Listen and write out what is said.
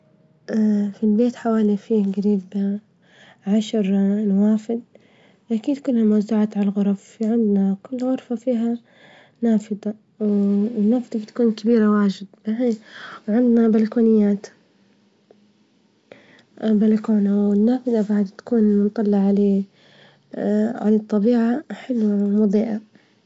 في البيت حوالي فيه جريب عشر نوافذ، أكيد كلهن موزعات على الغرف، في عندنا كل غرفة فيها نافذة النافذة بتكون كبيرة واجد دحين وعندنا بلكونيات بلكونة والنافذة بعد تكون مطلعه عليه على الطبيعة حلوة ومظيئة.